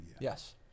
Yes